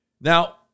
Now